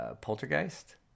poltergeist